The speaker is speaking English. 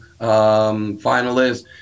finalists